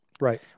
Right